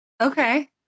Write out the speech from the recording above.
Okay